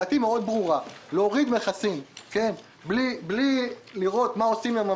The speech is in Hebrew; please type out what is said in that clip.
דעתי ברורה מאוד: להוריד מכסים בלי לראות מה עושים עם המגדלים,